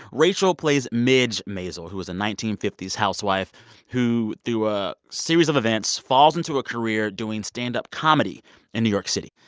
rachel plays midge maisel, who is a nineteen fifty s housewife who, through a series of events, falls into a career doing stand-up comedy in new york city.